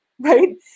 right